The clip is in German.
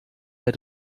der